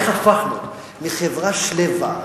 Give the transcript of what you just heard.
איך הפכנו מחברה שלווה,